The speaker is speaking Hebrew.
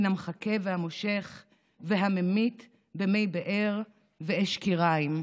מן המחכה והמושך / והממית במי באר ואש כיריים.